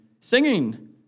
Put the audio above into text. singing